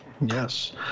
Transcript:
Yes